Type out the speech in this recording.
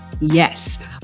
Yes